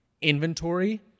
inventory